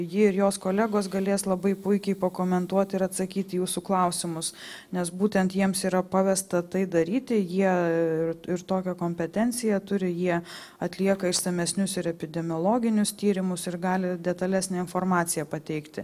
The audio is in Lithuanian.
ji jos kolegos galės labai puikiai pakomentuoti ir atsakyti į jūsų klausimus nes būtent jiems yra pavesta tai daryti jie ir ir tokią kompetenciją turi jie atlieka išsamesnius ir epidemiologinius tyrimus ir gali detalesnę informaciją pateikti